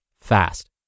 fast